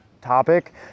topic